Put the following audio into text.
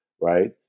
right